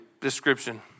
description